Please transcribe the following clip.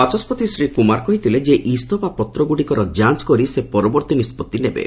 ବାଚସ୍କତି ଶ୍ରୀ କୁମାର କହିଥିଲେ ଏହି ଇସଫା ପତ୍ରଗୁଡ଼ିକର ଯାଞ୍ଚ୍ କରି ସେ ପରବର୍ତ୍ତୀ ନିଷ୍କଭି ନେବେ